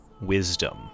wisdom